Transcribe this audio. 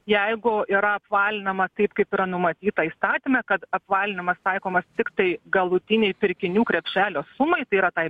jeigu yra apvalinama taip kaip yra numatyta įstatyme kad apvalinimas taikomas tiktai galutinei pirkinių krepšelio sumai tai yra tai